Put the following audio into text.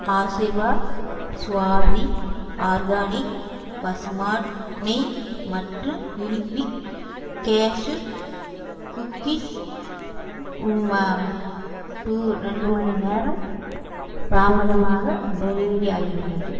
Aashirvaad Svasti organic பசுமாட்டு நெய் மற்றும் யுனிபிக் கேஷ்யூ குக்கீஸ் டூ ரெண்டு மணிநேரம் தாமதமாக டெலிவரி ஆகியுள்ளது